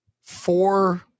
four